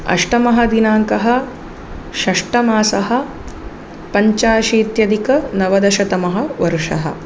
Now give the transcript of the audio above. अष्टमः दिनाङ्कः षष्टमासः पञ्चाशीत्यधिकनवदशतमः वर्षः